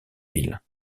ville